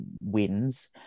wins